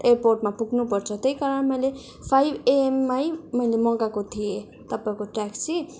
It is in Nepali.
एयरपोर्टमा पुग्नुपर्छ त्यही कारण मैले फाइभ एएममै मैले मगाएको थिएँ तपाईँको ट्याक्सी